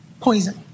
poison